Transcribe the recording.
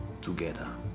together